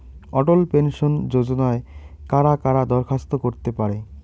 অটল pension যোজনায় কারা কারা দরখাস্ত করতে পারে?